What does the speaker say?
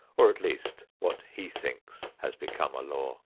or at least what he thinks has become a law.